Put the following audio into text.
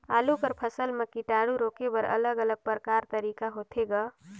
आलू कर फसल म कीटाणु रोके बर अलग अलग प्रकार तरीका होथे ग?